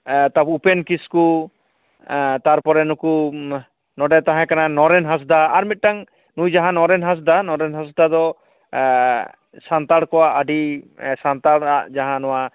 ᱛᱟ ᱯᱚᱨ ᱩᱯᱮᱱ ᱠᱤᱥᱠᱩ ᱛᱟᱨᱯᱚᱨᱮ ᱱᱩᱠᱩ ᱱᱚᱰᱮ ᱛᱟᱦᱮᱸ ᱠᱟᱱᱟᱭ ᱱᱚᱨᱮᱱ ᱦᱟᱸᱥᱫᱟᱜ ᱟᱨ ᱢᱤᱫᱴᱟᱝ ᱱᱩᱭ ᱡᱟᱦᱟᱸ ᱱᱚᱨᱮᱱ ᱦᱟᱸᱥᱫᱟᱜ ᱱᱚᱨᱮᱱ ᱦᱟᱸᱥᱫᱟᱜ ᱫᱚ ᱥᱟᱱᱛᱟᱲ ᱠᱚᱣᱟ ᱟᱹᱰᱤ ᱥᱟᱱᱛᱟᱲᱟᱜ ᱡᱟᱦᱟᱸ ᱱᱚᱣᱟ